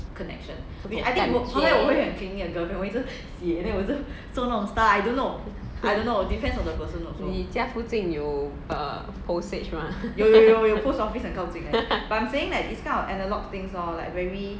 感觉你家附近有 err postage mah